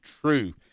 true